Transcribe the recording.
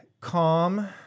calm